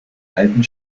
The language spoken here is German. alten